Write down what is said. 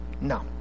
No